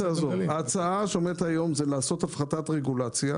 ההצעה שעומדת היום היא לעשות הפחתת רגולציה